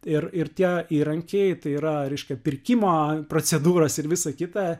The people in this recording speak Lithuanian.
ir ir tie įrankiai tai yra reiškia pirkimo procedūros ir visa kita